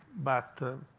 but